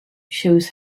shows